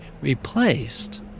replaced